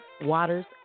Waters